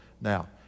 now